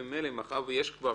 וממילא, מאחר ויש כבר